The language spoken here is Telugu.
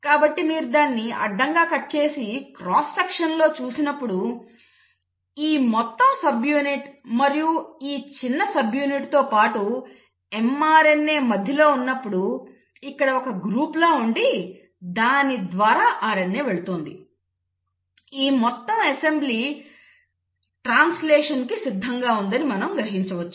కాబట్టి మీరు దానిని అడ్డంగా కట్ చేసి క్రాస్ సెక్షన్ చూసినప్పుడు ఈ మొత్తం పెద్ద సబ్యూనిట్ మరియు చిన్న సబ్యూనిట్తో పాటు mRNA మధ్యలో ఉన్నప్పుడు ఇక్కడ ఒక గ్రూప్ లా ఉండి దాని ద్వారా RNA వెళుతోంది ఈ మొత్తం అసెంబ్లీ ట్రాన్స్లేషన్కి సిద్ధంగా ఉందని మనం గ్రహించవచ్చు